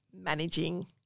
managing